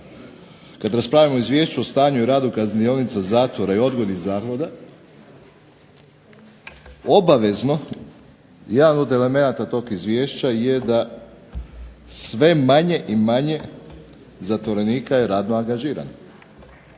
kada raspravljamo o izvješću o stanju i radu kaznionica, zatvora i odgojnih zavoda obavezno jedan od elemenata tog izvješća je da sve manje i manje zatvorenika je radno angažirano.